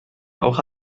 auch